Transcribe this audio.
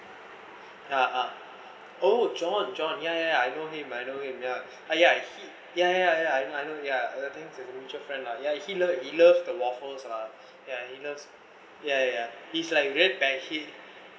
ah ah oh john john ya ya ya I know him I know him !aiya! he ya ya ya I know ya leading to the mutual friend lah yeah he loves he loves the waffles lah yeah he loves ya ya he's like real bad hit